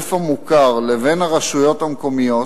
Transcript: הגוף המוכר לבין הרשויות המקומיות,